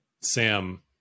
Sam